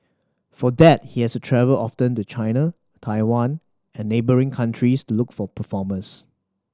for that he is travel often to China Taiwan and neighbouring countries to look for performers